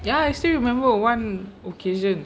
ya I still remember one occasion